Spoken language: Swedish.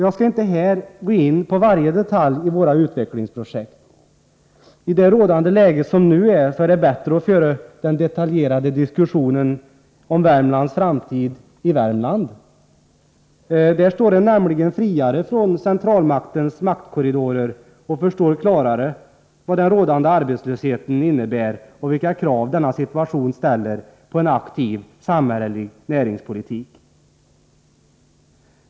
Jag skall inte här gå in på varje detalj i våra utvecklingsprojekt. I det rådande läget är det bättre att föra den detaljerade diskussionen om Värmlands framtid i Värmland. Där står man nämligen friare från centralmaktens korridorer och förstår klarare vad den rådande arbetslösheten innebär och vilka krav situationen ställer på en aktiv samhällelig näringspolitik.